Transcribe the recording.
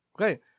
Okay